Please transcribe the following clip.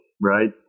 Right